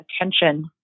attention